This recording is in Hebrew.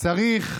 צריך